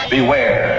Beware